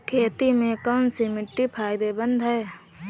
खेती में कौनसी मिट्टी फायदेमंद है?